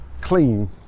clean